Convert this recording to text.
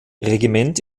regiment